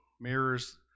mirrors